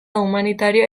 humanitario